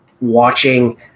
watching